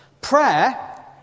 Prayer